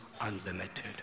unlimited